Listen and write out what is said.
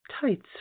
tights